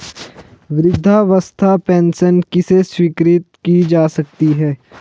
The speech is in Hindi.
वृद्धावस्था पेंशन किसे स्वीकृत की जा सकती है?